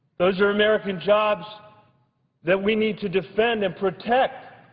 those are american jobs that we need to defend and protect,